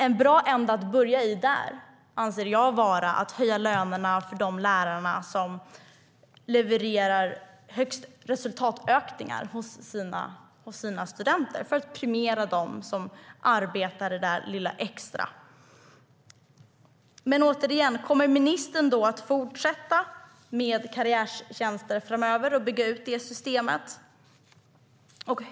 En bra ände att börja i är att höja lönerna för de lärare som levererar störst resultatökningar hos sina elever, för att premiera dem som ger det där lilla extra. Återigen: Kommer ministern att fortsätta med karriärtjänster framöver och bygga ut det systemet?